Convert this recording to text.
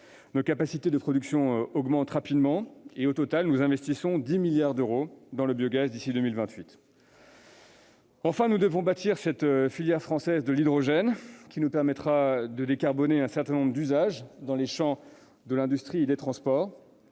Nos capacités de production augmentent rapidement. Au total, nous investirons 10 milliards d'euros dans le biogaz d'ici à 2028. Enfin, nous devons bâtir une filière française de l'hydrogène qui nous permettra de décarboner un certain nombre d'usages dans les champs de l'industrie et des transports.